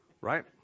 Right